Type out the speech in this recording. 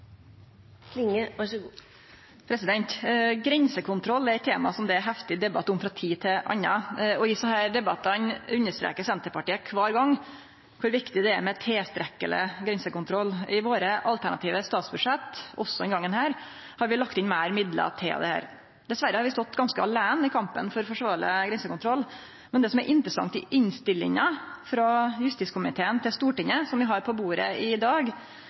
eit tema det er heftig debatt om frå tid til anna. I desse debattane understrekar Senterpartiet kvar gong kor viktig det er med tilstrekkeleg grensekontroll. I våre alternative statsbudsjett, også denne gongen, har vi lagt inn meir midlar til dette. Dessverre har vi stått ganske aleine i kampen for forsvarleg grensekontroll, men det som er interessant i innstillinga frå justiskomiteen til Stortinget, som vi har på bordet i dag,